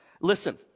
Listen